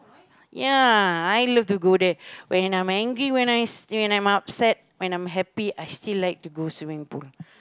ya I love to go there when I'm angry when I'm s~ when i'm upset when I'm happy I still like to go swimming pool